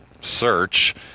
search